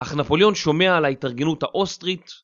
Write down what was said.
אך נפוליון שומע על ההתארגנות האוסטרית